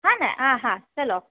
હો ને હા હા ચલો